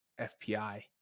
FPI